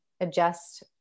adjust